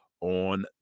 on